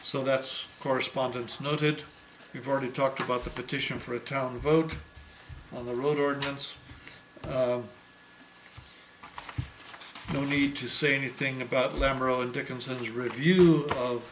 so that's correspondence noted we've already talked about the petition for a town vote on the road ordinance no need to say anything about